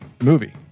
movie